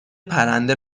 پرنده